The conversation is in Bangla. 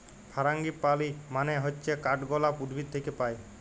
ফারাঙ্গিপালি মানে হচ্যে কাঠগলাপ উদ্ভিদ থাক্যে পায়